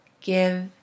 give